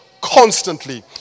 constantly